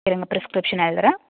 இருங்க ப்ரிஸ்க்ரிப்ஷன் எழுதுகிறேன்